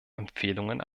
empfehlungen